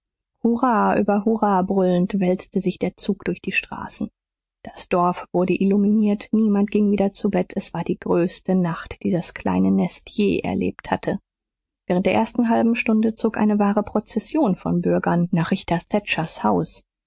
hurra über hurra brüllend wälzte sich der zug durch die straßen das dorf wurde illuminiert niemand ging wieder zu bett es war die größte nacht die das kleine nest je erlebt hatte während der ersten halben stunde zog eine wahre prozession von bürgern nach richter thatchers haus